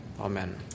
Amen